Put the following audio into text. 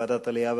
לוועדת העלייה,